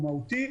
או המהותי,